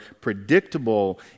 predictable